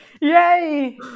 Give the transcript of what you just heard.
Yay